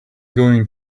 going